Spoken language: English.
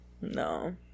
No